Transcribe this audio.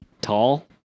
tall